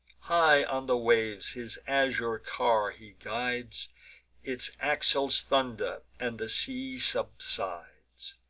high on the waves his azure car he guides its axles thunder, and the sea subsides,